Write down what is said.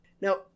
Now